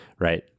right